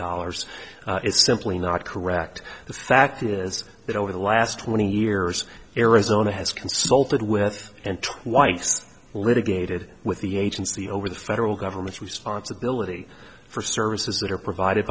dollars it's simply not correct the fact is that over the last twenty years arizona has consulted with and twice litigated with the agency over the federal government's responsibility for services that are provided